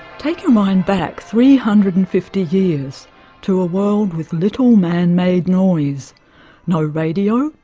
take your mind back three hundred and fifty years to a world with little man made noise no radio,